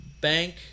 bank